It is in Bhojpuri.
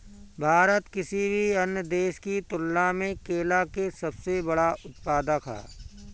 भारत किसी भी अन्य देश की तुलना में केला के सबसे बड़ा उत्पादक ह